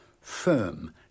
firm